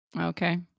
Okay